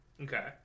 Okay